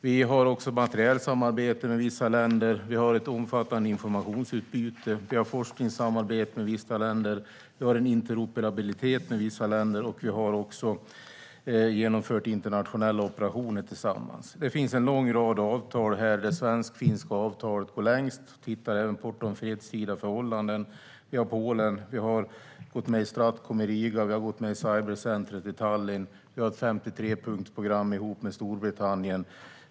Vi har också materiellt samarbete med vissa länder, vi har ett omfattande informationsutbyte, vi har forskningssamarbete med vissa länder, vi har en interoperabilitet med vissa länder, och vi har också genomfört internationella operationer tillsammans. Det finns en lång rad avtal här. Det svensk-finska avtalet går längst. Vi tittar även bortom fredstida förhållanden. Det handlar också om Polen. Vi har gått med i Stratcom i Riga, vi har gått med i Cybercenter i Tallinn, och vi har ett 53-punktsprogram tillsammans med Storbritannien.